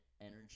energy